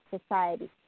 society